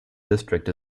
district